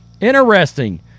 Interesting